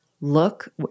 look